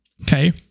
Okay